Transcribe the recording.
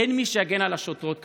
אין מי שיגן על השוטרות כיום,